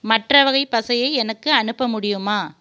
மற்ற வகை பசையை எனக்கு அனுப்ப முடியுமா